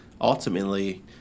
ultimately